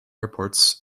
airports